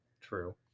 True